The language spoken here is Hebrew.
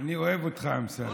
אני אוהב אותך, אמסלם.